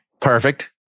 Perfect